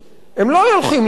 הם לא הולכים להיעלם.